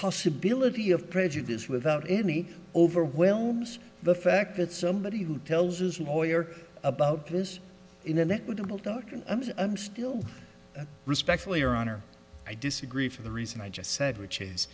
possibility of prejudice without any overwhelms the fact that somebody who tells his lawyer about this in and that would will dr i'm still respectfully or honor i disagree for the reason i just said which is